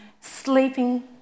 sleeping